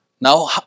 Now